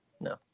no